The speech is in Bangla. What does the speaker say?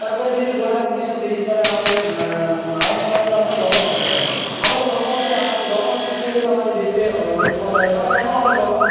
তারপরে যদি বলা হয় ঊনিশশো তিরিশ সালে আমাদের আইন আমান্য আন্দোলন লবণ সত্যাগ্রহ আমাদের লবণ হচ্ছে আমাদের লবণ হচ্ছে যেহেতু আমাদের দেশে ও উৎপন্ন হয় তাহলে কেন আমরা লবণ